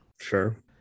Sure